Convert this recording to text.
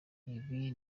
ibi